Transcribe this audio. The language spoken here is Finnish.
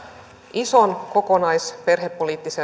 isoa kokonaisperhepoliittista